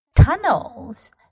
tunnels